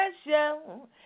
special